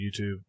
youtube